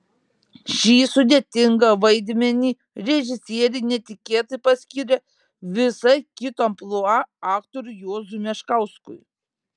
šį sudėtingą vaidmenį režisierė netikėtai paskyrė visai kito amplua aktoriui juozui meškauskui